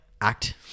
act